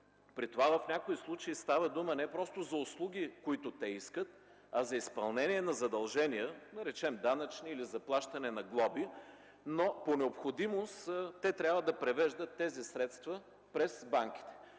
бюджета. В някои случаи става въпрос не просто за услуги, които те искат, а за изпълнение на задължения – да речем данъчни или за плащане на глоби, но по необходимост те трябва да превеждат тези средства през банките.